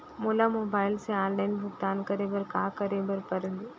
मोला मोबाइल से ऑनलाइन भुगतान करे बर का करे बर पड़ही?